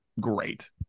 great